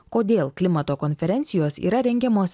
kodėl klimato konferencijos yra rengiamos